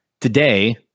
today